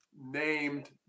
named